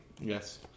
Yes